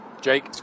Jake